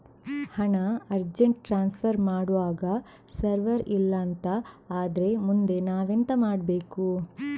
ಹಣ urgent transfer ಮಾಡ್ವಾಗ server ಇಲ್ಲಾಂತ ಆದ್ರೆ ಮುಂದೆ ನಾವೆಂತ ಮಾಡ್ಬೇಕು?